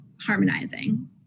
harmonizing